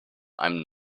einem